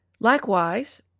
Likewise